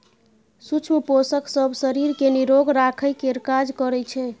सुक्ष्म पोषक सब शरीर केँ निरोग राखय केर काज करइ छै